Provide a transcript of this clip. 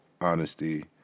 honesty